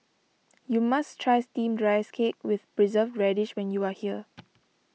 you must try Steamed Rice Cake with Preserved Radish when you are here